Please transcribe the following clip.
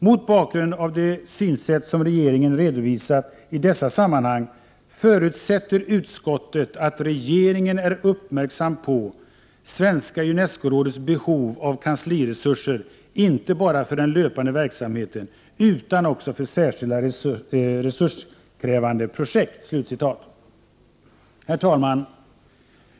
Mot bakgrund av det synsätt som regeringen redovisat i dessa sammanhang förutsätter utskottet att regeringen är uppmärksam på Svenska Unescorådets behov av kansliresurser inte bara för den löpande verksamheten utan också för särskilt resurskrävande projekt.” Herr talman!